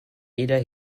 jeder